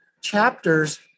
chapters